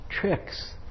tricks